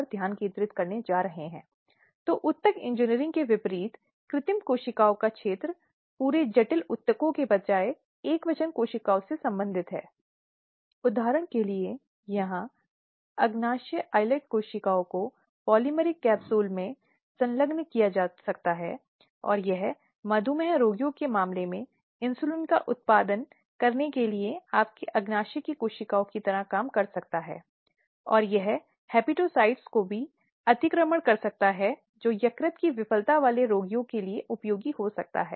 अब जैसा कि हम समझते हैं कि समकालीन समय में लिंग आधारित हिंसा का मुद्दा महिलाओं के सामने आने वाले सबसे गंभीर मुद्दों में से एक है यह भेदभाव का सबसे खराब रूप है जो पुरुषों के साथ समानता के आधार पर अधिकारों और स्वतंत्रता का आनंद लेने की महिला की क्षमता को गंभीर रूप से बाधित करता है